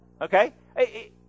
Okay